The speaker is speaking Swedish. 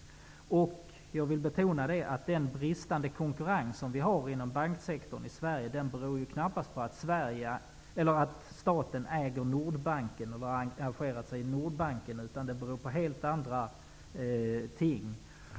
Jag vill betona att den bristande konkurrens som vi har inom banksektorn i Sverige beror knappast på att staten äger och har engagerat sig i Nordbanken. Det beror på helt andra ting.